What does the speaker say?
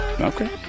Okay